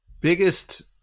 biggest